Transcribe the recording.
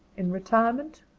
in retirement,